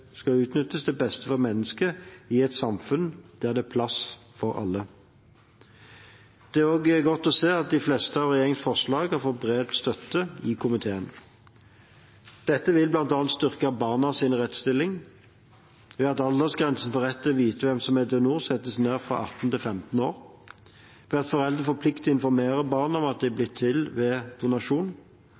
utnyttes til beste for mennesket i et samfunn der det er plass til alle. Det er også godt å se at de fleste av regjeringens forslag har fått bred støtte i komiteen. Dette vil bl.a. styrke barnas rettsstilling ved at aldersgrensen for retten til å få vite hvem som er donor, settes ned fra 18 til 15 år, ved at foreldre får plikt til å informere barna om at de er blitt til ved donasjon,